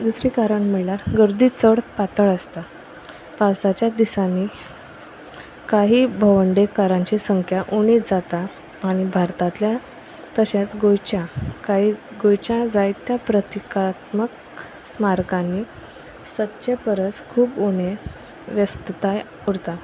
दुसरें कारण म्हळ्यार गर्दी चड पातळ आसता पावसाच्यात दिसांनी कांय भोंवंडेकारांची संख्या उणी जाता आनी भारतांतल्या तशेंच गोंयच्या कांय गोंयच्या जायत्या प्रतिकात्मक स्मारकांनी सदचे परस खूब उणें व्यस्तताय उरता